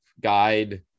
guide